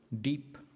deep